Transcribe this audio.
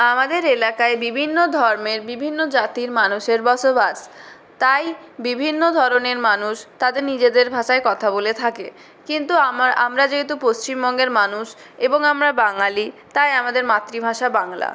আমাদের এলাকায় বিভিন্ন ধর্মের বিভিন্ন জাতির মানুষের বসবাস তাই বিভিন্ন ধরনের মানুষ তাদের নিজেদের ভাষায় কথা বলে থাকে কিন্তু আমার আমরা যেহেতু পশ্চিমবঙ্গের মানুষ এবং আমরা বাঙালি তাই আমাদের মাতৃভাষা বাংলা